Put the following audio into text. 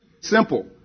Simple